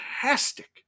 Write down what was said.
fantastic